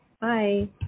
Bye